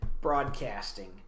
broadcasting